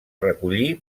recollí